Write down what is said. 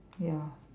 ya